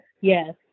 yes